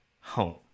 home